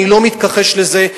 אני לא מתכחש לזה,